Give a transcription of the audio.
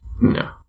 No